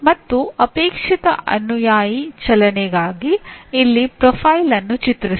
ಮತ್ತು ಅಪೇಕ್ಷಿತ ಅನುಯಾಯಿ ಚಲನೆಗಾಗಿ ಇಲ್ಲಿ ಪ್ರೊಫೈಲ್ ಅನ್ನು ಚಿತ್ರಿಸಿ